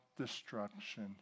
destruction